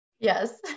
Yes